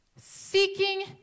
Seeking